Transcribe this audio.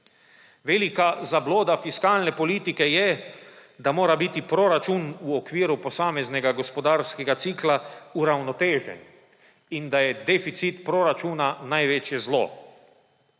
Velika zabloda fiskalne politike je, da mora biti proračun v okviru posameznega gospodarskega cikla uravnotežen in da je deficit proračuna največje zlo.